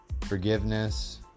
Forgiveness